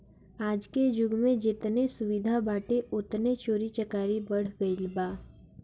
आजके जुग में जेतने सुविधा बाटे ओतने चोरी चकारी बढ़ गईल बा